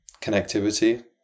connectivity